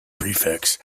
prefects